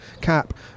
cap